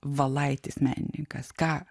valaitis menininkas ką